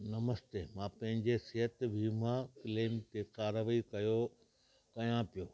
नमस्ते मां पंहिंजे सिहत वीमा क्लेम ते का कार्यवाही कयां पियो